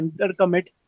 under-commit